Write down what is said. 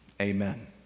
amen